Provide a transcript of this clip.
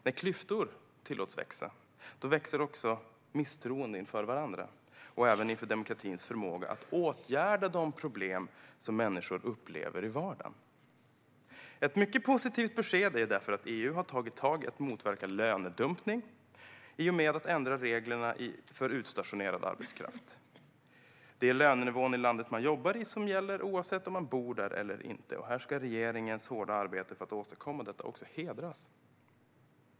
När klyftor tillåts växa växer också misstroende inför varandra och även inför demokratins förmåga att åtgärda de problem som människor upplever i vardagen. Ett mycket positivt besked är därför att EU har tagit tag i frågan om att motverka lönedumpning i och med ändringen av reglerna för utstationerad arbetskraft. Det är lönenivån i landet man jobbar i som gäller, oavsett om man bor där eller inte. Regeringens hårda arbete för att åstadkomma detta ska hedras.